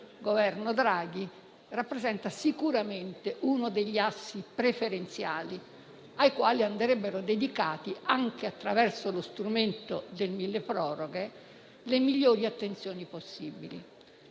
il Governo Draghi, uno degli assi preferenziali ai quali andrebbero dedicate, anche attraverso lo strumento del milleproroghe, le maggiori attenzioni possibili.